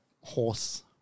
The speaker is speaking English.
horse